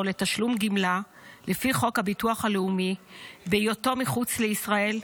לתשלום גמלה לפי חוק הביטוח הלאומי בהיותו מחוץ לישראל,